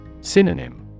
Synonym